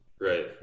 Right